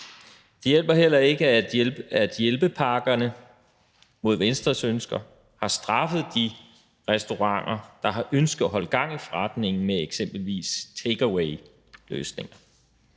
Det hjælper heller ikke, at hjælpepakkerne mod Venstres ønsker har straffet de restauranter, der har ønsket at holde gang i forretningen med eksempelvis takeawayløsninger.